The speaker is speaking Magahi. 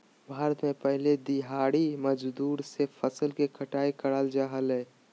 भारत में पहले दिहाड़ी मजदूर से फसल के कटाई कराल जा हलय